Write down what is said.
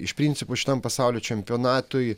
iš principo šitam pasaulio čempionatui